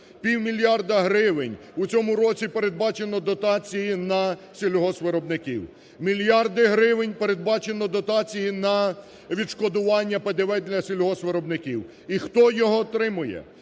Півмільярда гривень у цьому році передбачено дотації на сільгоспвиробників. Мільярди гривень передбачено дотації на відшкодування ПДВ для сільгоспвиробників. І хто його отримує?